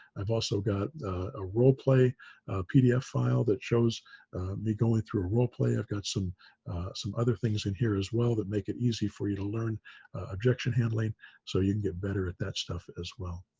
i've also got a role play pdf file that shows me going through a role play. i've got some some other things in here as well that make it easy for you to learn objection handling so you can get better at that stuff as well.